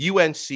UNC